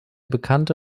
bekannte